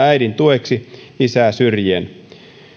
äidin tueksi isää syrjien